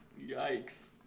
Yikes